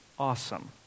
Awesome